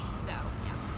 so yeah.